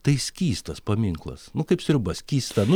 tai skystas paminklas nu kaip sriuba skysta nu